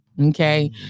Okay